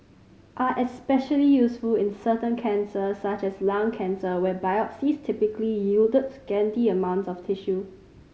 are especially useful in certain cancers such as lung cancer where biopsies typically yield scanty amount of tissue